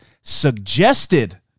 suggested